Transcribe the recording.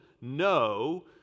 no